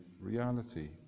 reality